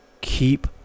Keep